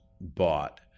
bought